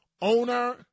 Owner